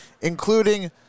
including